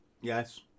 Yes